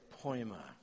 poema